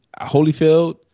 Holyfield